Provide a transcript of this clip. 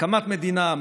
הקמת מדינה,